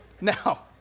now